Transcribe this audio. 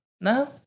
No